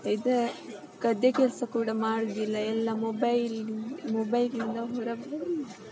ಇದು ಗದ್ದೆ ಕೆಲಸ ಕೂಡ ಮಾಡುವುದಿಲ್ಲ ಎಲ್ಲ ಮೊಬೈಲ್ ಮೊಬೈಲ್ನಿಂದ ಹೊರಗೆ